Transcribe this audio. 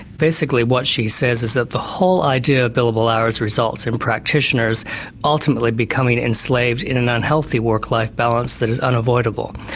basically what she says is that the whole idea of billable hours results in practitioners ultimately becoming enslaved in an unhealthy work-life balance that is unavoidable.